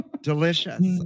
Delicious